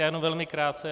Já jenom velmi krátce.